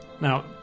Now